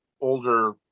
older